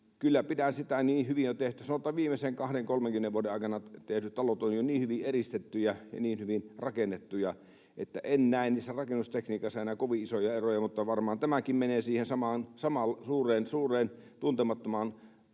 — niin kyllä hyvin tehdään. Sanotaan, että viimeisen 20—30 vuoden aikana tehdyt talot ovat jo niin hyvin eristettyjä ja niin hyvin rakennettuja, että en näe niissä rakennustekniikoissa enää kovin isoja eroja. Varmaan tämäkin menee siihen samaan suureen tuntemattomaan